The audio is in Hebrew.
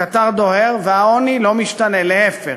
הקטר דוהר, והעוני לא משתנה, להפך.